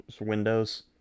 Windows